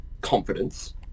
confidence